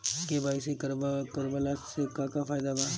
KYC करवला से का का फायदा बा?